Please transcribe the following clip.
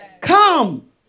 Come